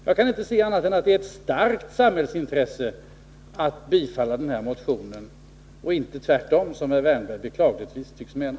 Jag kan inte se annat än att det är ett starkt samhällsintresse att bifalla motionen — inte tvärtom, som herr Wärnberg beklagligtvis tycks mena.